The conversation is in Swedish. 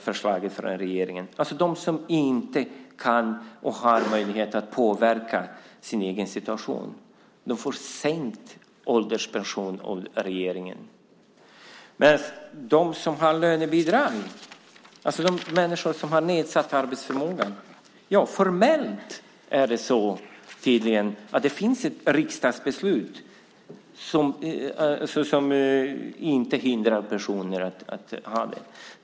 Förtidspensionärerna, alltså de som inte har möjlighet att påverka sin egen situation, får till och med en sänkt ålderspension med det nya förslaget från regeringen. När det gäller de som har lönebidrag, alltså de människor som har nedsatt arbetsförmåga, finns det tydligen ett riksdagsbeslut som inte hindrar personer att jobba längre än till 65 år.